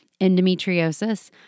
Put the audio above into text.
Endometriosis